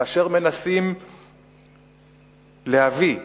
כאשר מנסים להביא חיילים,